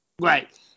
Right